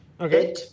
Okay